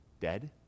dead